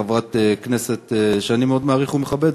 חברת כנסת שאני מאוד מעריך ומכבד,